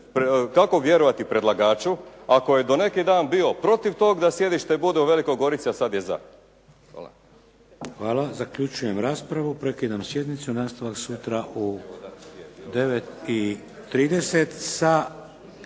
kako vjerovat predlagaču, ako je do neki dan bio protiv toga da sjedište bude u Velikoj Gorici, a sada je za. Hvala.